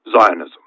Zionism